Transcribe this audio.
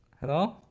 Hello